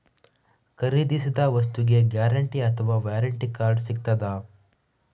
ಖರೀದಿಸಿದ ವಸ್ತುಗೆ ಗ್ಯಾರಂಟಿ ಅಥವಾ ವ್ಯಾರಂಟಿ ಕಾರ್ಡ್ ಸಿಕ್ತಾದ?